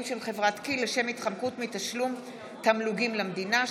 של חברת כי"ל לשם התחמקות מתשלום תמלוגים למדינה.